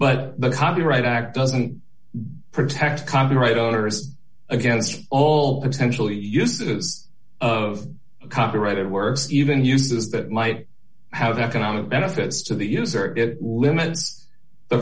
but the copyright act doesn't protect copyright owners against all potentially uses of copyrighted works even uses that might have economic benefits to the user it limits the